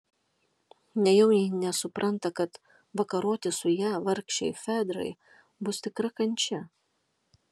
nejau ji nesupranta kad vakaroti su ja vargšei fedrai bus tikra kančia